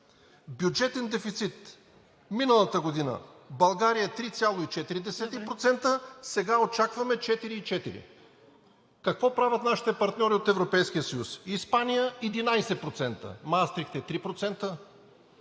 Бюджетен дефицит. Миналата година България – 3,4%, сега очакваме – 4,4%. Какво правят нашите партньори от Европейския съюз? Испания – 11%; Маастрихт – 3%;